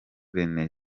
rené